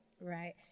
Right